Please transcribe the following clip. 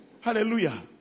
Hallelujah